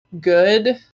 good